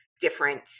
different